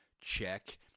check